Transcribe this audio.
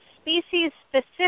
species-specific